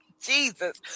Jesus